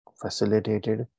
facilitated